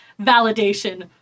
validation